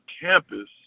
campus